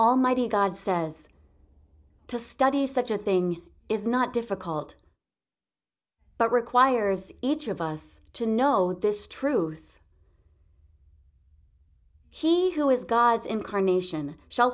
almighty god says to study such a thing is not difficult but requires each of us to know this truth he who is god's incarnation shall